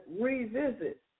revisit